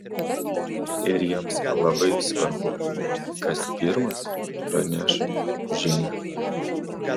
ir jiems labai svarbu kas pirmas praneš žinią